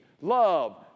love